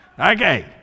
Okay